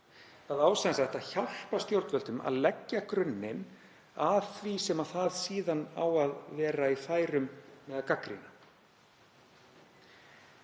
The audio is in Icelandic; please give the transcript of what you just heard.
það á sem sagt að hjálpa stjórnvöldum að leggja grunninn að því sem það á síðan að vera í færum með að gagnrýna.